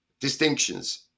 Distinctions